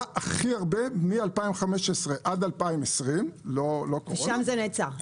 הכי הרבה מ-2015 עד 2020 --- ושם זה נעצר.